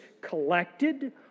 collected